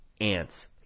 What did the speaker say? ants